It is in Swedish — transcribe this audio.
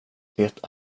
det